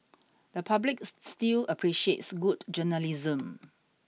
the public still appreciates good journalism